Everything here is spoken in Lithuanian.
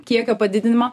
kiekio padidinimo